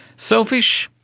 selfish?